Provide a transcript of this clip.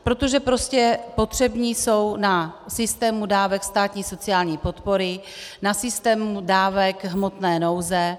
Protože prostě potřební jsou na systému dávek státní sociální podpory, na systému dávek hmotné nouze.